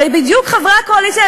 הרי בדיוק חברי הקואליציה,